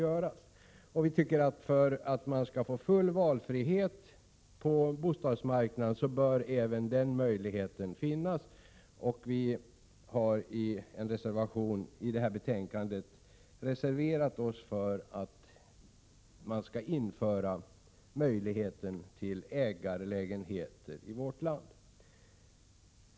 För att människor skall få full valfrihet på bostadsmarknaden bör även den möjligheten finnas. Vi har i en reservation till detta betänkande reserverat oss för möjlighet till införande av ägarlägenheter i vårt land.